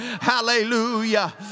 Hallelujah